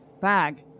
bag